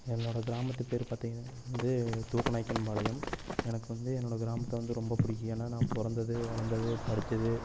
என்னோட கிராமத்து பேர் வந்து பார்த்திங்கன்னா வந்து தூக்கநாயக்கன்பாளையம் எனக்கு வந்து என்னோட கிராமத்தை வந்து ரொம்ப பிடிக்கும் ஏன்னா நான் பிறந்தது வளர்ந்தது படித்தது